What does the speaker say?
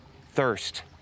thirst